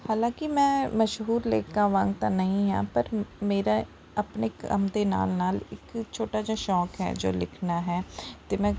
ਹਾਲਾਂਕਿ ਮੈਂ ਮਸ਼ਹੂਰ ਲੇਖਕਾਂ ਵਾਂਗ ਤਾਂ ਨਹੀਂ ਹਾਂ ਪਰ ਮੇਰਾ ਆਪਣੇ ਕੰਮ ਦੇ ਨਾਲ ਨਾਲ ਇੱਕ ਛੋਟਾ ਜਿਹਾ ਸ਼ੌਂਕ ਹੈ ਜੋ ਲਿਖਣਾ ਹੈ ਅਤੇ ਮੈਂ